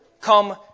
come